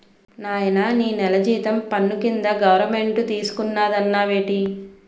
నాయనా నీ నెల జీతం పన్ను కింద గవరమెంటు తీసుకున్నాదన్నావేటి